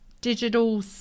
digital